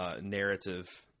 narrative